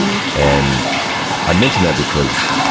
and i mention that because,